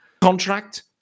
contract